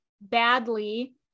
badly